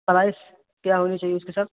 price کیا ہونی چاہیے اس کی سر